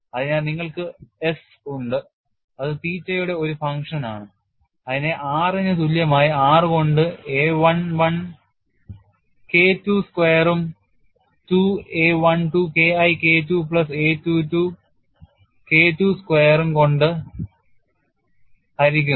അതിനാൽ നിങ്ങൾക്ക് S ഉണ്ട് അത് തീറ്റയുടെ ഒരു ഫംഗ്ഷനാണ് അതിനെ r ന് തുല്യമായി r കൊണ്ട് a 11 K I I സ്ക്വയറും 2 a12 K I K II plus a22 K II സ്ക്വയറും കൊണ്ട് ഹരിക്കുന്നു